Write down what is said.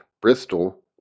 Bristol